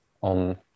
on